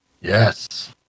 Yes